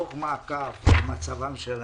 דוח מעקב על מצב הניצולים.